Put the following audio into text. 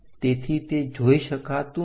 તેથી તે જોઈ શકાતું નથી